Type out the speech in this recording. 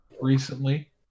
recently